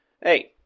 Hey